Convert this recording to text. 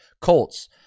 Colts